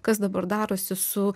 kas dabar darosi su